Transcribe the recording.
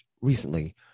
recently